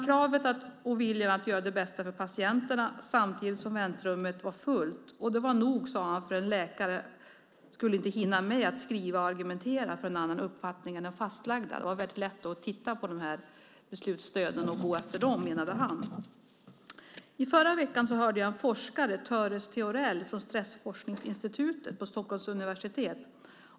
Kravet och viljan att göra det bästa för patienterna fanns samtidigt som väntrummet var fullt. Det var nog, sade han, för att en läkare inte skulle hinna med att skriva och argumentera för en annan uppfattning en den fastlagda. Det var lätt att titta på beslutsstöden och gå efter dem, menade han. I förra veckan hörde jag forskaren Töres Theorell från Stressforskningsinstitutet på Stockholms universitet.